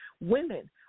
women